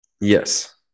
Yes